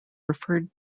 referred